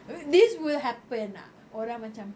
I mean this will happen ah orang macam